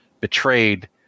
betrayed